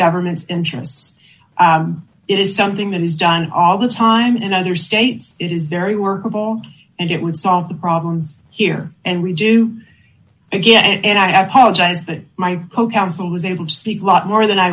government's interests it is something that is done all the time and other states it is very workable and it would solve the problems here and redo again and i apologize that my co counsel was able to speak a lot more than i